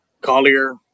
Collier